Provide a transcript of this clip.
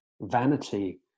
vanity